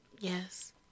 Yes